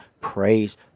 praise